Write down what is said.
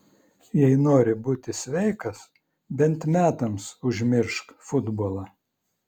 jei nori būti sveikas bent metams užmiršk futbolą